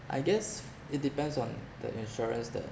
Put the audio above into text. I guess it depends on the insurance that